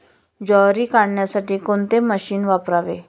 ज्वारी काढण्यासाठी कोणते मशीन वापरावे?